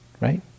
right